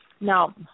now